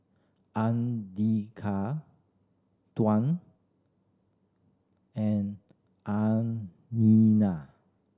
Andika Tuah and